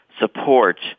support